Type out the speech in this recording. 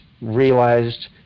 realized